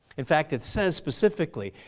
in fact it says specifically,